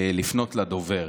לפנות לדובר.